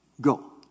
Go